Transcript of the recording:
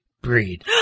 breed